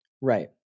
Right